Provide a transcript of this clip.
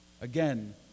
Again